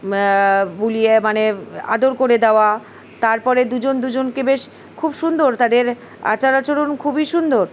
বুলিয়ে মানে আদর করে দেওয়া তারপরে দুজন দুজনকে বেশ খুব সুন্দর তাদের আচার আচরণ খুবই সুন্দর